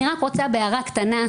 אני רק רוצה בהערה קטנה,